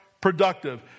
productive